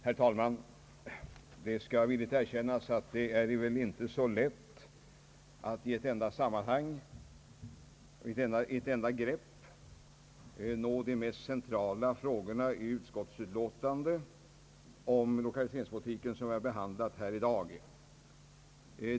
Herr talman! Det skall villigt erkännas att det inte är så lätt att i ett enda sammanhang och i ett enda grepp nå de mest centrala frågorna i utskottsutlåtandet om lokaliseringspolitiken, som behandlas här i dag.